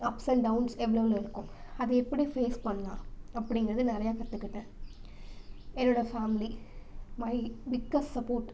ups and downs எவ்வளோவுல இருக்கும் அது எப்படி ஃபேஸ் பண்ணலாம் அப்படிங்கிறது நிறையா கற்றுக்கிட்டேன் என்னோடய ஃபேமிலி மை பிக்கஸ்ட் சப்போர்ட்